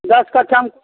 दश कट्ठामे